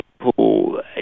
people